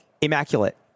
Immaculate